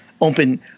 open